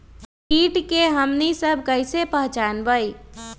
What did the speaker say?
किट के हमनी सब कईसे पहचान बई?